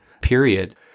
period